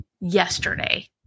yesterday